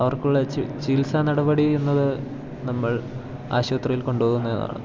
അവർക്കുള്ള ചികിത്സാനടപടിയെന്നത് നമ്മൾ ആശുപത്രിയിൽ കൊണ്ടുപോകുന്നതാണ്